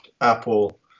Apple